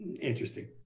Interesting